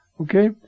Okay